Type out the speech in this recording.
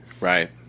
right